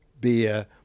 beer